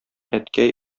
әткәй